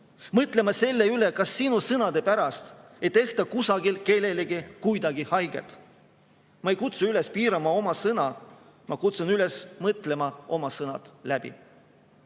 mõtlema selle üle, ega sinu sõnade pärast ei tehta kusagil kellelegi kuidagi haiget. Ma ei kutsu üles piirama oma sõna, ma kutsun üles mõtlema oma sõnad läbi. Kuid